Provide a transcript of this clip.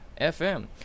FM